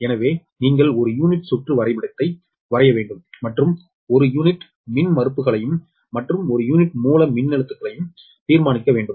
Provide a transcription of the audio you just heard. எனவே நீங்கள் ஒரு யூனிட் சுற்று வரைபடத்தை வரைய வேண்டும் மற்றும் ஒரு யூனிட் மின்மறுப்புகளையும் மற்றும் ஒரு யூனிட் மூல மின்னழுத்தத்தையும் தீர்மானிக்க வேண்டும்